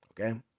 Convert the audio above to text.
okay